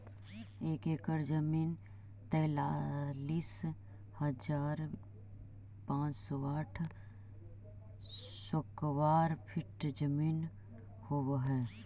एक एकड़ जमीन तैंतालीस हजार पांच सौ साठ स्क्वायर फीट जमीन होव हई